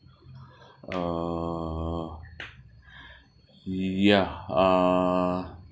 uh ya uh